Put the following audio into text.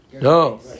No